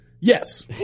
Yes